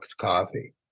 coffee